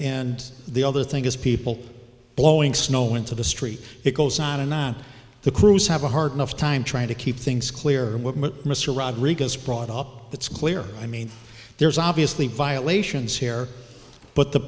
the other thing is people blowing snow into the street it goes on and on the crews have a hard enough time trying to keep things clear mr rodriguez brought up that's clear i mean there's obviously violations here but the